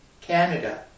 Canada